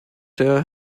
der